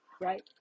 Right